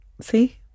See